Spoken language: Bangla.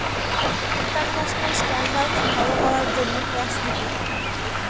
ইন্টারন্যাশনাল স্ট্যান্ডার্ড ফলো করার জন্য ট্যাক্স দিতে হয়